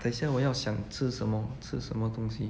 等下我要想吃什么吃什么东西